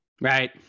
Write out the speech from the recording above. right